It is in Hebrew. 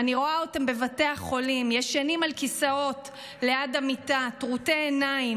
אני רואה אותם בבתי החולים ישנים על כיסאות ליד המיטה טרוטי עיניים,